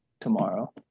tomorrow